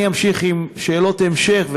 אני אמשיך עם שאלות המשך,